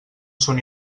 són